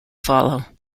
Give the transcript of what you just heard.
follow